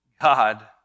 God